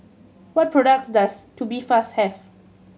what products does Tubifast have